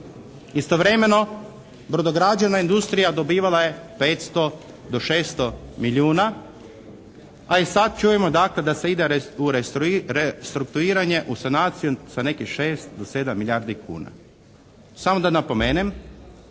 Istovremeno brodograđevna industrija dobivala je 500 do 600 milijuna a i sad čujemo, dakle, da se ide u restrukturiranje, u sanaciju sa nekih 6 do 7 milijardi kuna. Samo da napomenem